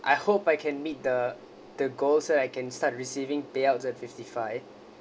I hope I can meet the the goal so I can start receiving payouts at fifty five